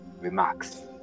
remarks